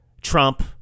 Trump